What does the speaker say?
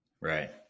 Right